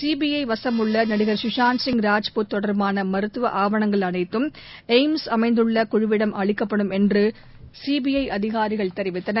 சிபிஐவசம் உள்ளநடிகர் சுஷாந்த் சிங் ராஜ்புத் தொடர்பானமருத்துவஆவணங்கள் அனைத்தும் எய்ம்ஸ் அமைத்துள்ளகுழுவிடம் அளிக்கப்படும் என்றுசிபிஐஅதிகாரிகள் தெரிவித்தனர்